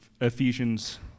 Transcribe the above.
Ephesians